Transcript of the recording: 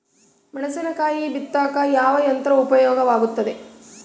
ಮೆಣಸಿನಕಾಯಿ ಬಿತ್ತಾಕ ಯಾವ ಯಂತ್ರ ಉಪಯೋಗವಾಗುತ್ತೆ?